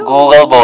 Google